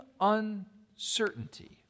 uncertainty